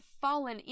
fallen